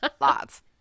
Lots